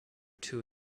two